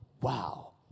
wow